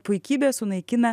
puikybė sunaikina